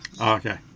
okay